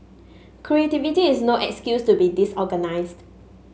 creativity is no excuse to be disorganised